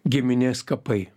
giminės kapai